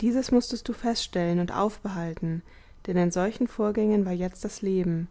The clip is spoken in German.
dieses mußtest du feststellen und aufbehalten denn in solchen vorgängen war jetzt das leben